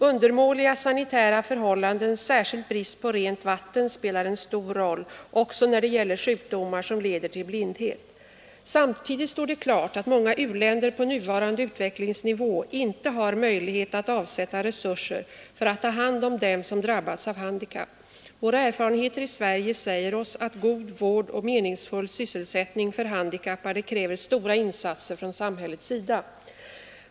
Undermåliga sanitära förhållanden, särskilt brist på rent vatten, spelar en stor roll, också när det gäller sjukdomar som leder till blindhet. Samtidigt står det klart att många u-länder på nuvarande utvecklingsnivå inte har möjlighet att avsätta resurser för att ta hand om dem som drabbats av handikapp. Våra erfarenheter i Sverige säger oss att god vård och meningsfull sysselsättning för handikappade kräver stora insatser från samhällets sida.